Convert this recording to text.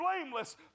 blameless